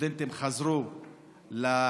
סטודנטים חזרו לאוניברסיטאות,